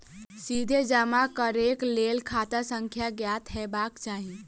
सीधे जमा करैक लेल खाता संख्या ज्ञात हेबाक चाही